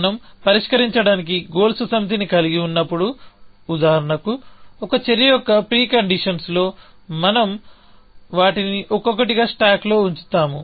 మనం పరిష్కరించడానికి గోల్స్ సమితిని కలిగి ఉన్నప్పుడు ఉదాహరణకు ఒక చర్య యొక్క ప్రీ కండీషన్స్ లో మనం వాటిని ఒక్కొక్కటిగా స్టాక్లో ఉంచుతాము